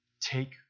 take